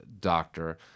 doctor